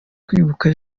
kwibuka